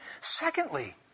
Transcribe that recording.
Secondly